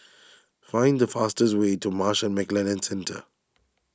find the fastest way to Marsh and McLennan Centre